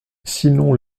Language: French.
sinon